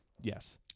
Yes